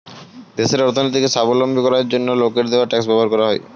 দেশের অর্থনীতিকে স্বাবলম্বী করার জন্য লোকের দেওয়া ট্যাক্স ব্যবহার করা হয়